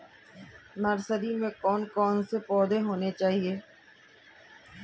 Nursery में कौन कौन से पौधे होने चाहिए?